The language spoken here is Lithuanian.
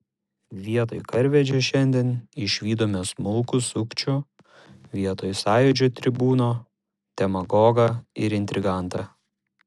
vietoj karvedžio šiandien išvydome smulkų sukčių vietoj sąjūdžio tribūno demagogą ir intrigantą